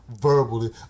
verbally